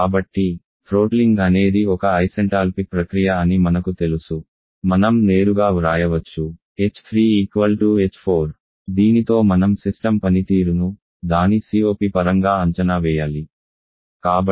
కాబట్టి థ్రోట్లింగ్ అనేది ఒక ఐసెంటాల్పిక్ ప్రక్రియ అని మనకు తెలుసు మనం నేరుగా వ్రాయవచ్చు h3 h4 దీనితో మనం సిస్టమ్ పనితీరును దాని COP పరంగా అంచనా వేయాలి